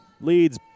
Leads